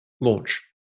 launch